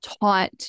taught